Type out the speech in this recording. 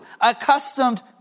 Accustomed